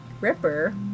Ripper